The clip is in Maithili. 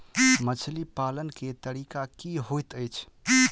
मछली पालन केँ तरीका की होइत अछि?